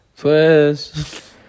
Pues